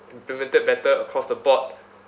implemented better across the board